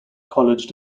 college